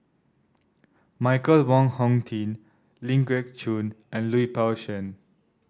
Michael Wong Hong Teng Ling Geok Choon and Lui Pao Chuen